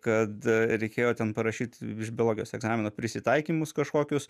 kad reikėjo ten parašyt iš biologijos egzamino prisitaikymus kažkokius